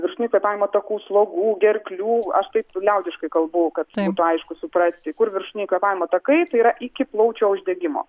viršutinių kvėpavimo takų slogų gerklių aš taip liaudiškai kalbu kad būtų aišku suprasti kur viršutiniai kvėpavimo takai tai yra iki plaučių uždegimo